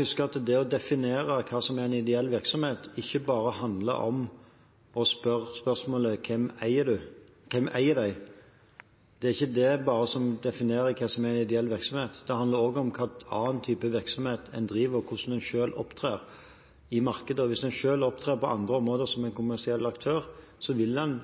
huske at det å definere hva som er en ideell virksomhet, ikke bare handler om å stille spørsmålet: Hvem er eier? Det er ikke bare det som definerer hva som er en ideell virksomhet. Det handler også om hvilken annen type virksomhet en driver, og hvordan en selv opptrer i markedet. Hvis en på andre områder opptrer som en